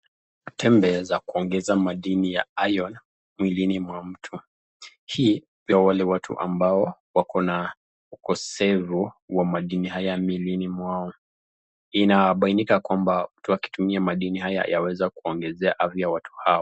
Tembe za kuongeza iron mwili I mwa mtu . Hii ni ya wale watu Wana ukosefz wa madini haya milini mwao. Inabainikw kwamba mtu akitumia madini haya yaweza kuongezea afya watu Hawa.